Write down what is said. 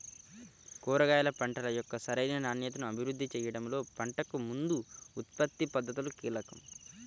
కూరగాయ పంటల యొక్క సరైన నాణ్యతను అభివృద్ధి చేయడంలో పంటకు ముందు ఉత్పత్తి పద్ధతులు కీలకం